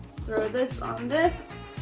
throw this on this,